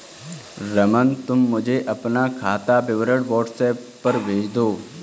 रमन, तुम मुझे अपना खाता विवरण व्हाट्सएप पर भेज दो